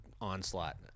Onslaught